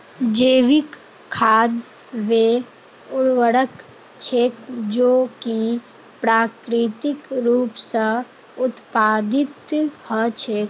जैविक खाद वे उर्वरक छेक जो कि प्राकृतिक रूप स उत्पादित हछेक